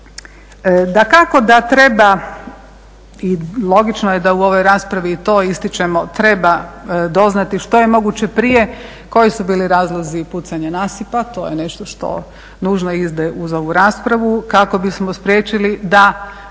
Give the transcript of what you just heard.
Dakako da treba i logično je da u ovoj raspravi i to ističemo treba doznati što je moguće prije koji su bili razlozi pucanja nasipa, to je nešto što nužno ide uz ovu raspravu kako bismo spriječili da